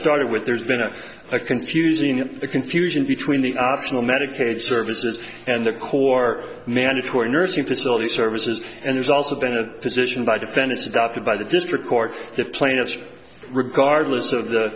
started with there's been a confusing confusion between the optional medicaid services and the core mandatory nursing facility services and there's also been a position by defendants adopted by the district court that plaintiffs regardless of the